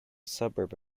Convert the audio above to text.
suburb